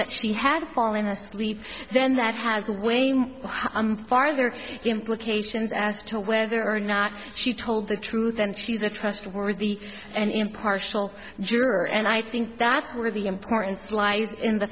that she had fallen asleep then that has when her farther implications as to whether or not she told the truth and she's a trustworthy and impartial juror and i think that's where the importance lies in the